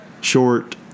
Short